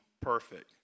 perfect